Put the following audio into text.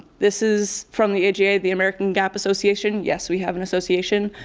this is from the aga, ah the american gap association, yes, we have an association.